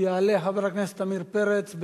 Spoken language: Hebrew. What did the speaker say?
יעלה חבר הכנסת עמיר פרץ.